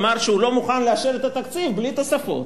אמר שהוא לא מוכן לאשר את התקציב בלי תוספות.